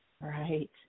Right